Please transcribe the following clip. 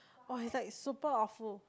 oh it's like super awful